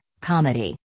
Comedy